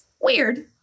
Weird